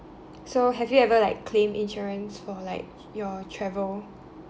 so have you ever like claimed insurance for like your travel